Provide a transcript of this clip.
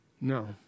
no